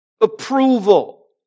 approval